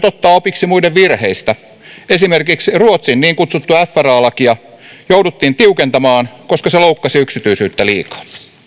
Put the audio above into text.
ottaa opiksi muiden virheistä esimerkiksi ruotsin niin kutsuttua fra lakia jouduttiin tiukentamaan koska se loukkasi yksityisyyttä liikaa